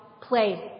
place